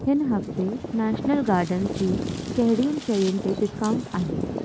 हिन हफ़्ते national gardens जी कहिड़ियुनि शयुनि ते डिस्काउंट आहे